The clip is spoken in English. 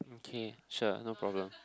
okay sure no problem